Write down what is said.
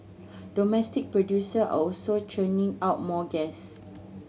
domestic producer are also churning out more gas